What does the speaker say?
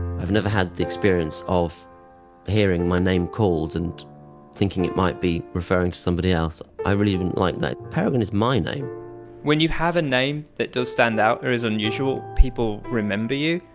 i've never had the experience of hearing my name called and thinking it might be referring to somebody else. i really didn't like that. peregrine is my name when you have a name that does stand out or is unusual, people remember you.